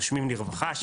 ׳נושמים לרווחה׳,